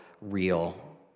real